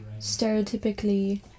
stereotypically